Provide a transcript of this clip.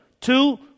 Two